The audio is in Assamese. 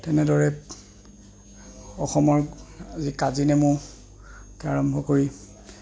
তেনেদৰে অসমৰ যি কাজিনেমুকে আৰম্ভ কৰি